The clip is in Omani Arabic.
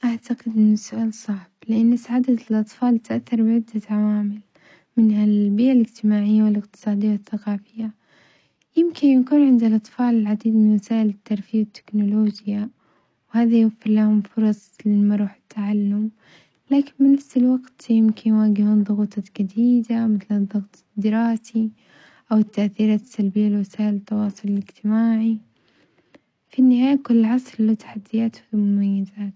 أعتقد إن السؤال صعب، لأن سعادة الأطفال تتأثر بعدة عوامل، منها البيئة الإجتماعية والإقتصادية والثقافية، يمكن يكون عند الأطفال العديد من وسائل الترفيه والتكنولوجيا وهذه كلها من فرص المرح والتعلم، لكن بنفس الوقت يمكن يواجهون ضغوطات جديدة مثل الضغط الدراسي أو التأثيرات السلبية لوسائل التواصل الإجتماعي، في النهاية كل عصر له تحدياته ومميزاته.